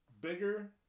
bigger